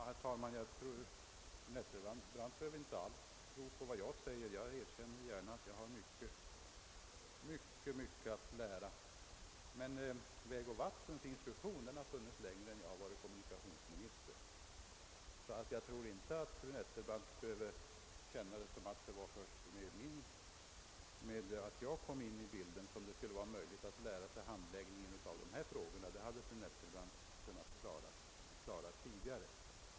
Herr talman! Fru Nettelbrandt behöver inte tro på vad jag säger, och jag erkänner gärna att jag har mycket att lära, men vägoch vattens instruktion har funnits längre än jag har varit kommunikationsminister. Fru Nettelbrandt behöver inte känna det så att det var först i och med att jag kom in i bilden som det skulle vara möjligt att lära sig hur dessa frågor handläggs — det hade fru Nettelbrandt kunnat klara tidigare.